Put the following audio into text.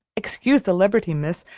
excuse the liberty, miss,